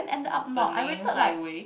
while turning highway